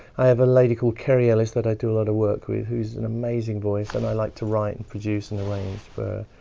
i have a lady called kerry ellis that i do a lot of work with who's an amazing voice and i like to write and produce and arrange for